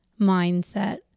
mindset